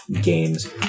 games